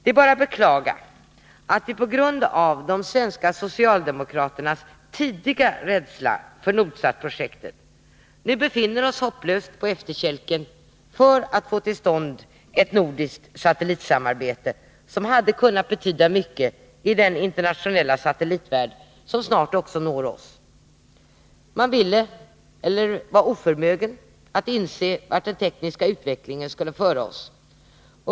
Det är bara att beklaga att vi på grund av de svenska socialdemokraternas tidiga rädsla för Nordsat-projektet nu befinner oss hopplöst på efterkälken för att få till stånd ett nordiskt satellitsamarbete, som hade kunnat betyda mycket i den internationella satellitvärld som snart också når oss. Man ville inte eller var oförmögen att inse vart den tekniska utvecklingen skulle föra oss.